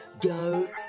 Go